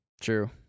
True